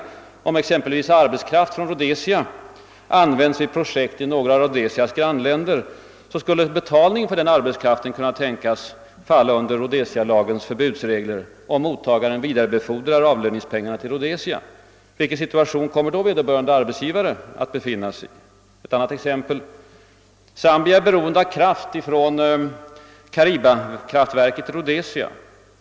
Om exempelvis arbetskraft från Rhodesia används vid projekt i några av Rhodesias grannländer, skulle betalning av sådan arbetskraft kunna tänkas falla under Rhodesialagens förbudsregler, om mottagaren vidarebefordrar avlöningspengarna till någon i Rhodesia. I vilken situation kommer då vederbörande arbetsgivare att befinna sig? Ett annat exempel: Zambia är beroende av kraft från Caribakraftverket i Rhodesia.